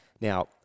Now